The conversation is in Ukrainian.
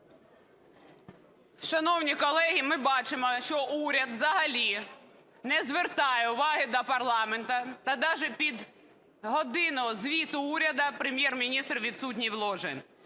Шановні колеги, ми бачимо, що уряд взагалі не звертає уваги на парламент та навіть під "годину звіту Уряду" Прем'єр-міністр відсутній в ложі.